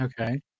Okay